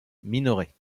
minoret